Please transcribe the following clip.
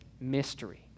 mystery